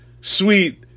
Sweet